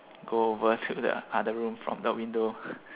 go over to the other room from the window